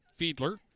Fiedler